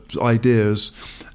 ideas